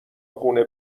خونه